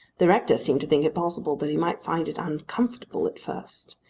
the rector seemed to think it possible that he might find it uncomfortable at first,